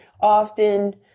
often